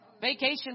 Vacation